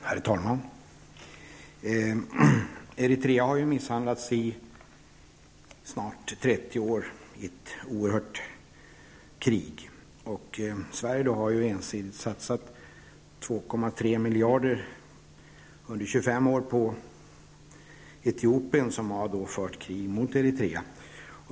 Herr talman! Eritrea har misshandlats i snart 30 år i ett oerhört krig. Sverige har ensidigt under 25 år satsat 2,3 miljarder på Etiopien som har fört krig mot Eritrea.